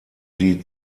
sie